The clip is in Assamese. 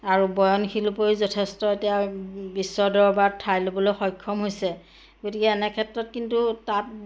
আৰু বয়ন শিল্পইও যথেষ্ট এতিয়া বিশ্বৰ দৰবাৰত ঠাই ল'বলৈ সক্ষম হৈছে গতিকে এনে ক্ষেত্ৰত কিন্তু তাত